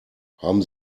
haben